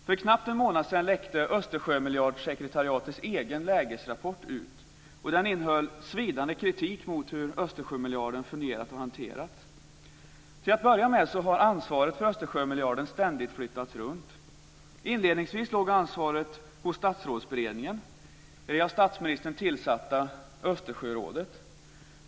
För knappt en månad sedan läckte Östersjömiljardssekretariatets egen lägesrapport ut. Den innehåller svidande kritik mot hur Östersjömiljarden fungerat och hanterats. Till att börja med har ansvaret för Östersjömiljarden ständigt flyttats runt. Inledningsvis låg ansvaret hos Statsrådsberedningen, i det av statsministern tillsatta Östersjörådet.